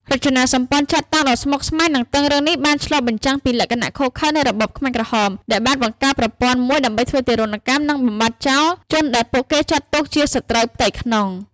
រចនាសម្ព័ន្ធចាត់តាំងដ៏ស្មុគស្មាញ និងតឹងរ៉ឹងនេះបានឆ្លុះបញ្ចាំងពីលក្ខណៈឃោរឃៅនៃរបបខ្មែរក្រហម ដែលបានបង្កើតប្រព័ន្ធមួយដើម្បីធ្វើទារុណកម្ម និងបំបាត់បំបាត់ចោលជនដែលពួកគេចាត់ទុកថាជាសត្រូវផ្ទៃក្នុង។